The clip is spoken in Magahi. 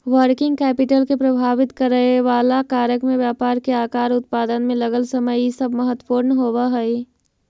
वर्किंग कैपिटल के प्रभावित करेवाला कारक में व्यापार के आकार, उत्पादन में लगल समय इ सब महत्वपूर्ण होव हई